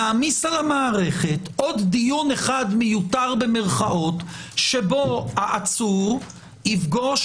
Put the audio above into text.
נעמיס על המערכת עוד דיון אחד מיותר במירכאות שבו העצור יפגוש